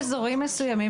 יש אזורים מסוימים,